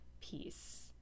peace